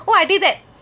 oh I did that